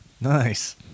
Nice